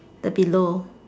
the below